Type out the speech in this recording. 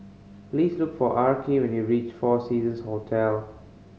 please look for Arkie when you reach Four Seasons Hotel